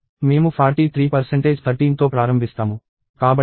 మేము 43 13 తో ప్రారంభిస్తాము